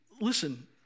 listen